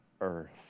earth